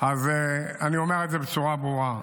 אני אומר את זה בצורה ברורה.